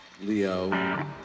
Leo